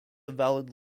valid